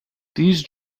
these